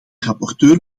rapporteur